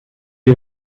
die